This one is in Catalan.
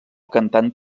cantant